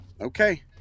Okay